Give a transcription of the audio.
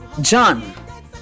John